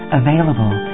available